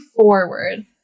forward